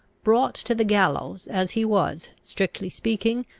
brought to the gallows, as he was, strictly speaking,